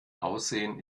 aussehen